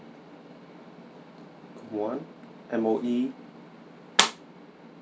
call one M_O_E